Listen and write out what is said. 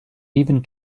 even